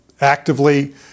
actively